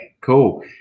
cool